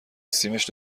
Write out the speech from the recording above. سیمش